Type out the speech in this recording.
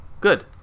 Good